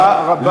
תודה רבה.